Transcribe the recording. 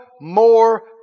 more